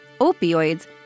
opioids